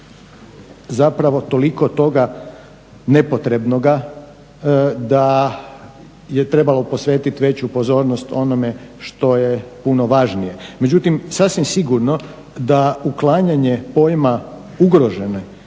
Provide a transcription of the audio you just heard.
zapravo toliko toga nepotrebnoga da je trebalo posvetiti veću pozornost onome što je puno važnije. Međutim sasvim sigurno da uklanjanje pojma ugrožene